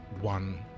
one